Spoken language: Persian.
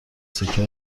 سکه